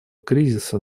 кризиса